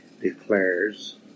declares